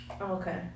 Okay